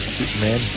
Superman